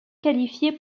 qualifiés